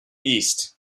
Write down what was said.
east